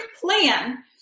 plan